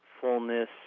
fullness